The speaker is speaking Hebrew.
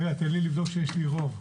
רגע, תן לי לבדוק שיש לי רוב.